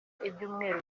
ibyumweru